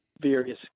various